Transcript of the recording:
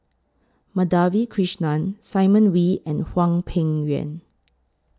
Madhavi Krishnan Simon Wee and Hwang Peng Yuan